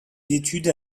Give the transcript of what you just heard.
études